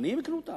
העניים יקנו אותן?